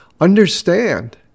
understand